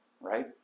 right